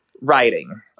writing